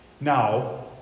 Now